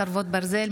חרבות ברזל),